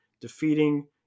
defeating